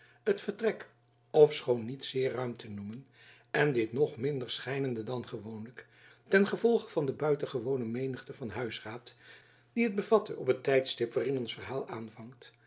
het vertrek ofschoon niet zeer ruim te noemen en dit nog minder schijnende dan gewoonlijk ten gevolge van de buitengewone menigte van huisraad die het bevatte op het tijdstip waarin ons verhaal aanvangt